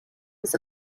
was